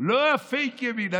לא הפייק ימין,